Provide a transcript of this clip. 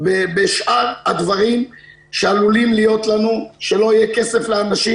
בשאר הדברים שעלולים להיות לנו בעקבות זה שלא יהיה כסף לאנשים.